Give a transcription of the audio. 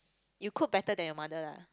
you cook better than your mother lah